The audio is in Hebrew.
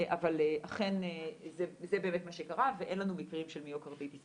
אבל אכן זה באמת מה שקרה ואין לנו מקרים של מיוקרדיטיס